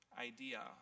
idea